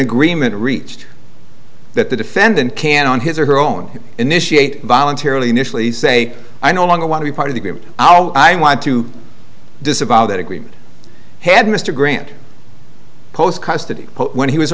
agreement reached that the defendant can on his or her own initiate voluntarily initially say i no longer want to be part of the group i want to disavow that agreement had mr grant post custody when he was